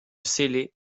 célé